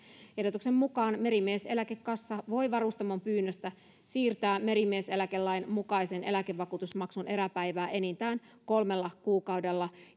ehdotuksen mukaan merimieseläkekassa voi varustamon pyynnöstä siirtää merimieseläkelain mukaisen eläkevakuutusmaksun eräpäivää enintään kolmella kuukaudella